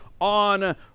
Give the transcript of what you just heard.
on